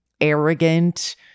arrogant